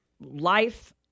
life